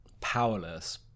powerless